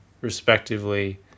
respectively